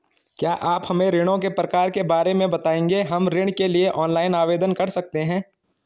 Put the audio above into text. क्या आप हमें ऋणों के प्रकार के बारे में बताएँगे हम ऋण के लिए ऑनलाइन आवेदन कर सकते हैं?